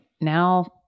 Now